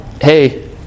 hey